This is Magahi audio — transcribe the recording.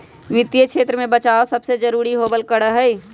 वित्तीय क्षेत्र में बचाव सबसे जरूरी होबल करा हई